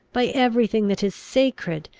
by every thing that is sacred,